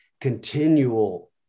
continual